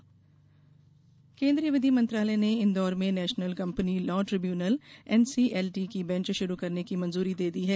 NCLT केंद्रीय विधि मंत्रालय ने इंदौर में national company law tribunal NCLT की बेंच शुरू करने की मंजूरी दे दी है